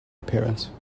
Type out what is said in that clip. appearance